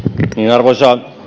arvoisa